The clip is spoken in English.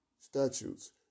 statutes